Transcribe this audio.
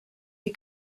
die